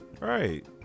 Right